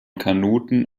kanuten